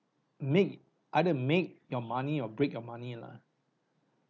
make either make your money or break your money lah